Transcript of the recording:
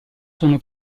sono